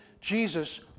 Jesus